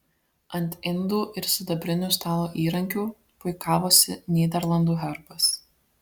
ant indų ir sidabrinių stalo įrankių puikavosi nyderlandų herbas